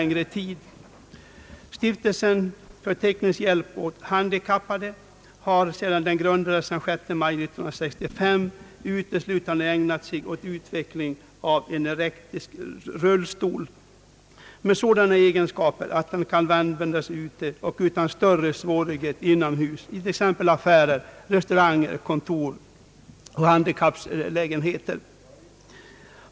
Stiftelsen för teknisk hjälp åt handikappade har sedan den grundades den 6 maj 1965 uteslutande ägnat sig åt utveckling av en elektrisk rullstol med sådana egenskaper att den kan användas utomhus och utan större svårigheter inomhus, t.ex. i affärer, restauranger, kantor och handikapplägenheter.